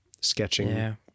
Sketching